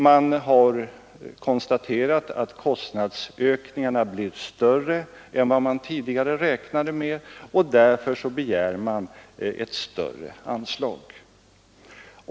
Man har konstaterat att kostnadsökningarna blivit större än man tidigare räknat med och därför begär man ett större anslag.